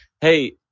Hey